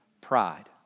pride